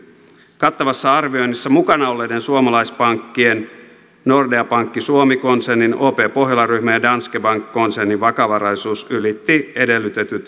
kattavassa arvioinnissa mukana olleiden suomalaispankkien nordea pankki suomi konsernin op pohjola ryhmän ja danske bank konsernin vakavaraisuus ylitti edellytetyt vähimmäistasot selvästi